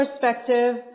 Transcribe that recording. perspective